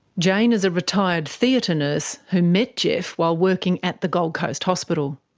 jane is a retired theatre nurse who met geoff while working at the gold coast hospital.